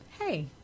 hey